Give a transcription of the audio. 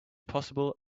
possible